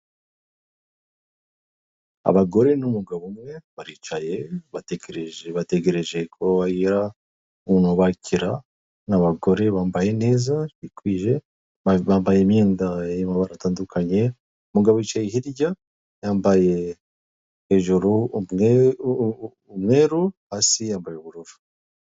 Urabibona ko rwambaye amakoti y'icyatsi, rwiganjemo inkumi n'abasore, ubona ko bari kumwe n'abandi bantu bambaye nk'abanyonzi. Harimo daso zishinzwe umutekano mu mujyi wa Kigali, basa nk'abitabiriye ibindi bintu runaka bari kumva.